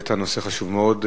העלית נושא חשוב מאוד.